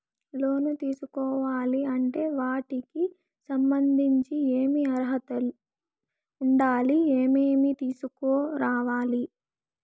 లోను తీసుకోవాలి అంటే వాటికి సంబంధించి ఏమి అర్హత ఉండాలి, ఏమేమి తీసుకురావాలి